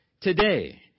today